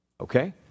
Okay